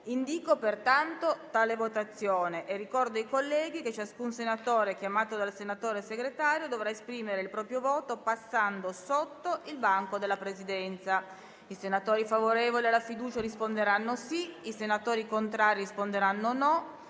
luogo mediante votazione nominale con appello. Ciascun senatore chiamato dal senatore Segretario dovrà esprimere il proprio voto passando innanzi al banco della Presidenza. I senatori favorevoli alla fiducia risponderanno sì; i senatori contrari risponderanno no;